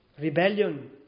Rebellion